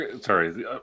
Sorry